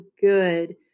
good